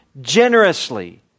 generously